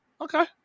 okay